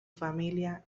familia